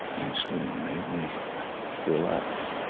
actually made me relax.